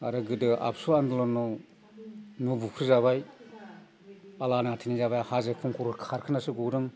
आरो गोदो एबसु आन्दलनाव न' बुख्रुब जाबाय आलानि आथानि जाबाय हाजो खंखराव खारखोनासो गदों